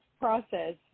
process